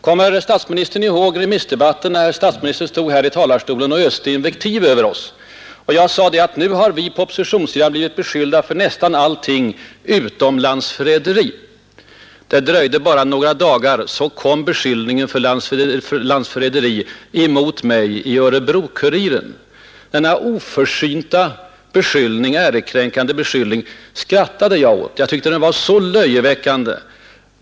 Kommer statsministern ihåg remissdebatten, när statsministern stod här i talarstolen och öste invektiv över oss och jag sedan gjorde gällande att vi på oppositionssidan blivit beskyllda för nästan allting utom landsförräderi? Det dröjde bara några dagar, så kom också beskyllningen för landsförräderi emot mig i Örebro-Kuriren, en oförsynt och ärekränkande beskyllning som jag skrattade åt. Jag tyckte den var löjeväckande.